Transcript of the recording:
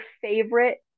favorite